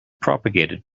propagated